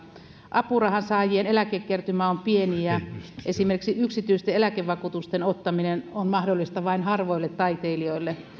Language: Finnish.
apurahan saajien eläkekertymä on pieni ja esimerkiksi yksityisten eläkevakuutusten ottaminen on mahdollista vain harvoille taiteilijoille